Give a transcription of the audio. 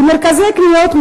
על מרכזי קניות,